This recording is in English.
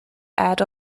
aired